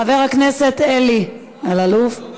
חבר הכנסת אלי אלאלוף,